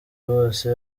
bose